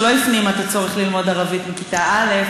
שלא הפנימה את הצורך ללמוד ערבית מכיתה א',